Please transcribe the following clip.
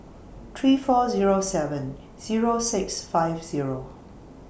three four Zero seven Zero six five Zero